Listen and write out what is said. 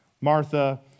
Martha